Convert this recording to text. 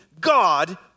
god